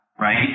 Right